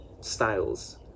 styles